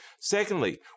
Secondly